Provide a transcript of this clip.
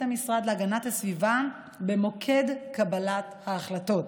המשרד להגנת הסביבה במוקד קבלת ההחלטות.